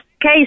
case